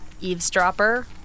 eavesdropper